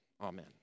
Amen